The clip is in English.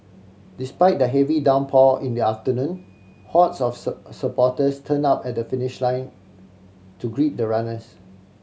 despite the heavy downpour in the afternoon hordes of supporters turned up at the finish line to greet the runners